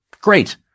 Great